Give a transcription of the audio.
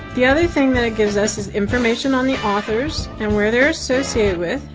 the other thing that it gives us is information on the authors, and where they're associated with,